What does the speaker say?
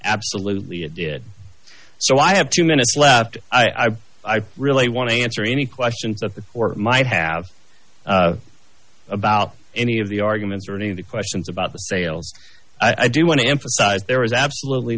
absolutely it did so i have two minutes left i i really want to answer any questions or might have about any of the arguments or any of the questions about the sales i do want to emphasize there is absolutely